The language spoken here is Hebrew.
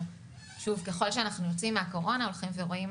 ככל שאנחנו יוצאים מהקורונה הולכים ורואים